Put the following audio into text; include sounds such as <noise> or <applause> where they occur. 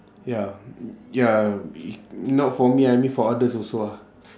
ya ya <noise> not for me I mean for others also ah